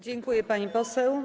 Dziękuję, pani poseł.